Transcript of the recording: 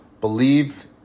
Believe